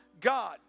God